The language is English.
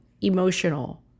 emotional